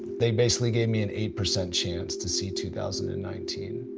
they basically gave me an eight percent chance to see two thousand and nineteen.